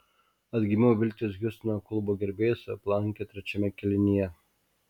atgimimo viltys hjustono klubo gerbėjus aplankė trečiame kėlinyje